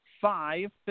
five